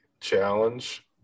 challenge